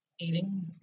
eating